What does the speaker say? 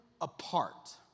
apart